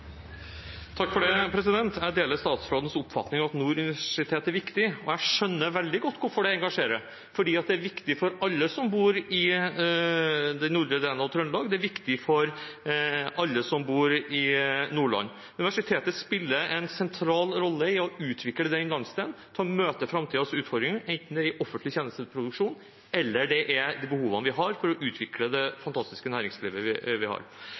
viktig for alle som bor i den nordlige delen av Trøndelag, og det et viktig for alle som bor i Nordland. Universitetet spiller en sentral rolle i å utvikle den landsdelen til å møte framtidens utfordringer, enten det er i offentlig tjenesteproduksjon eller det gjelder de behovene vi har for å utvikle det fantastiske næringslivet vi har.